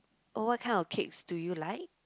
oh what kind of cakes do you like